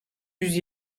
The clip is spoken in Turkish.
yüz